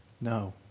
No